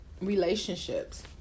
relationships